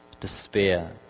Despair